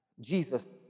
Jesus